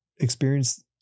experience